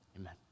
amen